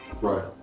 Right